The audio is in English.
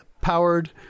powered